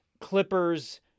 Clippers